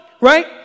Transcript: right